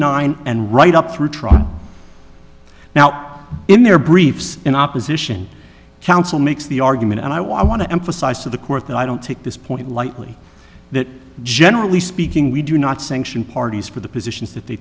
nine and right up through trial now in their briefs in opposition counsel makes the argument i want to emphasize to the court that i don't take this point lightly that generally speaking we do not sanction parties for the positions that they